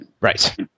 Right